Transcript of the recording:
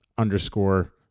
underscore